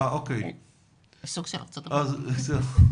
אצלכם